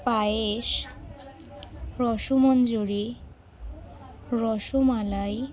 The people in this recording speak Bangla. পায়েস রসমঞ্জরি রসমালাই